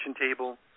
table